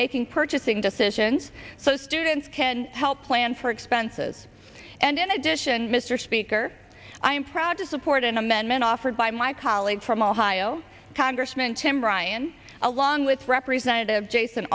making purchasing decisions so students can help plan for expenses and in addition mr speaker i am proud to support an amendment offered by my colleague from ohio congressman tim ryan along with representative jason